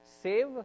save